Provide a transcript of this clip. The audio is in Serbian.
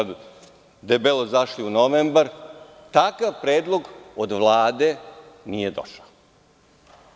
Debelo smo zašli u novembar i takav predlog od Vlade nije došao.